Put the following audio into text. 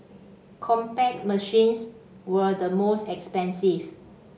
Compaq machines were the most expensive